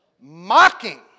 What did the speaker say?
Mocking